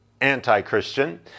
anti-Christian